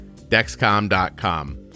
Dexcom.com